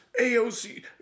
AOC